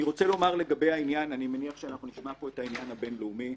אני מניח שאנחנו נשמע פה את העניין הבינלאומי.